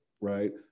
right